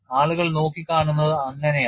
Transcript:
ആളുകൾ നോക്കിക്കാണുന്നത് അങ്ങനെയാണ്